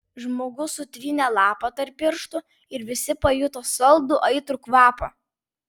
žmogus sutrynė lapą tarp pirštų ir visi pajuto saldų aitrų kvapą